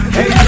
Hey